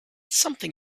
something